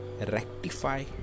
rectify